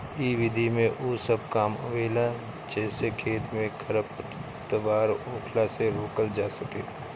इ विधि में उ सब काम आवेला जेसे खेत में खरपतवार होखला से रोकल जा सके